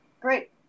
Great